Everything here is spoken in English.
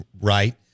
right